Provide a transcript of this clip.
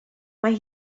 mae